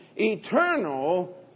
Eternal